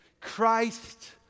Christ